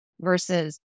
versus